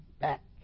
back